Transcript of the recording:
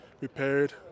repaired